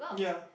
ya